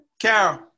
Carol